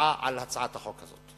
בהצבעה על הצעת החוק הזאת.